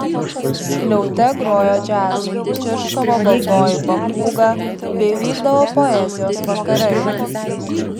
skliaute grojo džiazai čirškavo baltoji papūga bei vykdavo poezijos vakarai